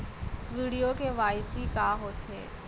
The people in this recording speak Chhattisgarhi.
वीडियो के.वाई.सी का होथे